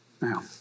Now